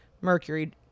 Mercury